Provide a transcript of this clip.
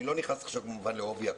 אני לא נכנס עכשיו כמובן לעובי הקורה,